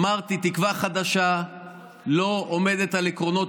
אמרתי: תקווה חדשה לא עומדת על עקרונות